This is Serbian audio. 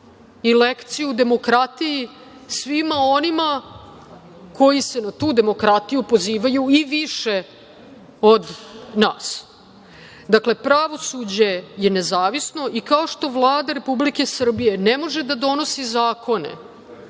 i lekciju demokratiji, svima onima koji se na tu demokratiju pozivaju i više od nas. Dakle, pravosuđe je nezavisno i kao što Vlada Republike Srbije ne može da donosi zakone,